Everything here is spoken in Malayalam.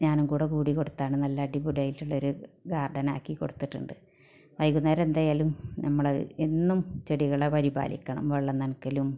ഞാനും കൂടെ കൂടിക്കൊടുത്തതാണ് നല്ല അടിപൊളിയായിട്ടുള്ളൊരു ഗാർഡൻ ആക്കി കൊടുത്തിട്ടുണ്ട് വൈകുന്നേരം എന്തായാലും നമ്മൾ എന്നും ചെടികളെ പരിപാലിക്കണം വെള്ളം നനയ്ക്കലും